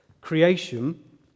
creation